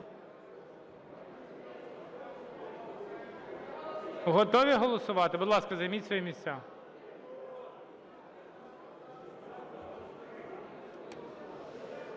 Готові голосувати? Будь ласка, займіть свої місця.